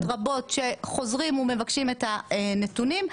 רבות בהן חוזרים ומבקשים את הנתונים,